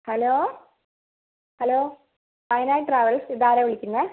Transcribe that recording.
hello hello Wayanad travels ഇതാരാണ് വിളിക്കുന്നത്